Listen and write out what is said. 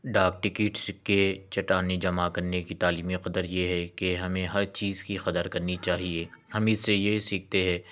ڈاک ٹکٹ سکّے چٹانیں جمع کرنے کی تعلیمی قدر یہ ہے کہ ہمیں ہر چیز کی قدر کرنی چاہیے ہم اس سے یہ سیکھتے ہیں